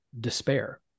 despair